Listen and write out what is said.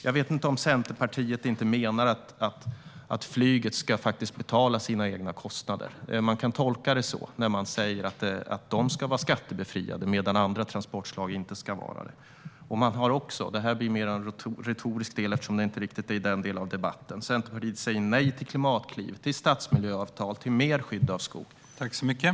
Jag vet inte om Centerpartiet menar att flyget faktiskt inte ska betala sina egna kostnader. Man kan tolka det så när det sägs att flyget ska vara skattebefriat medan andra transportslag inte ska vara det. Sedan ska jag ta upp en mer retorisk del, eftersom det inte handlar om riktigt den delen av debatten. Centerpartiet säger nej till Klimatklivet, till stadsmiljöavtal och till mer skydd av skog. Detta går inte.